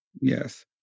Yes